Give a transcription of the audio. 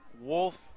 Wolf